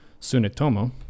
Sunetomo